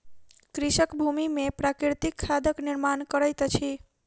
कृषक भूमि में प्राकृतिक खादक निर्माण करैत अछि